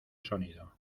sonido